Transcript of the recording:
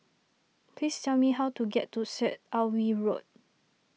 please tell me how to get to Syed Alwi Road